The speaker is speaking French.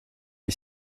est